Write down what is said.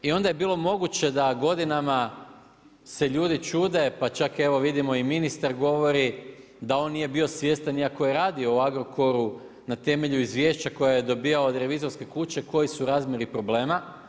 I onda je bilo moguće da godinama se ljudi čude, pa čak evo vidimo i ministar govori da on nije bio svjestan iako je radio u Agrokoru na temelju izvješća koja je dobivao od revizorske kuće koji su razmjeri problema.